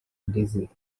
dizzy